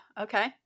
Okay